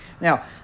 now